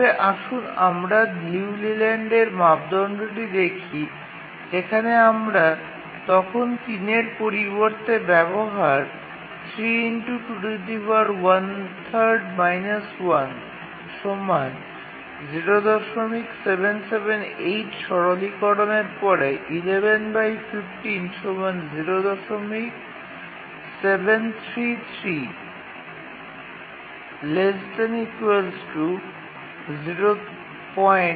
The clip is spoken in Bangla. তবে আসুন আমরা লিউ লেল্যান্ডের মাপদণ্ডটি দেখি যেখানে আমরা তখন ৩ এর পরিবর্তে ব্যবহার সরলীকরণের পরে 07330778